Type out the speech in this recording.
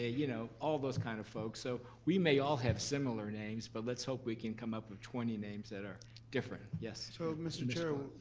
ah you know, all those kind of folks. so we may all have similar names, but let's hope we can come up with twenty names that are different. yes. so mr. chair.